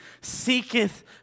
seeketh